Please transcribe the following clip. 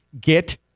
Get